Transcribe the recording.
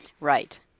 Right